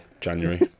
January